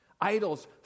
idols